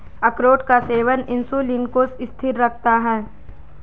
अखरोट का सेवन इंसुलिन को स्थिर रखता है